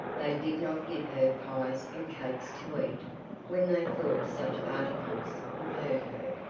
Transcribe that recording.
they did not give her pies and cakes to eat when they thought such articles would hurt her.